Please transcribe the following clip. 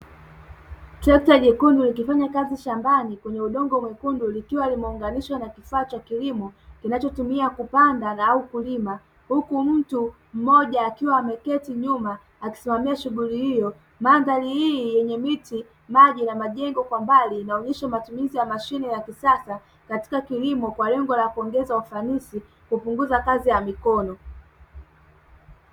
Treka jekundu likifanya kazi shambani lenye udongo mwekundu, likiwa limeunganishwa na kifaa cha kilimo kinachotumika kupanda au kulima. Huku mtu mmoja akiwa ameketi nyuma akisimami shughuli, hiyo mandhari hii yenye miti maji na majengo kwa mbali. Inaonyesha matumizi ya mashine ya kifaa katika kilimo kwa lengo ya kuongeza ufanisi kupunguza kazi ya mikono.